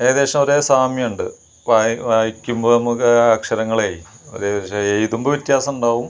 ഏകദേശം ഒരേ സാമ്യമുണ്ട് വാ വായിക്കുമ്പോൾ നമുക്ക് അക്ഷരങ്ങളേ ഒര് പക്ഷേ എഴുതുമ്പൊ വ്യത്യാസമുണ്ടാകും